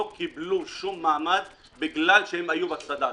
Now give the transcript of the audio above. קיבלו שום מעמד בגלל שהם היו בצד"ל.